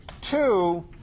two